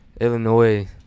Illinois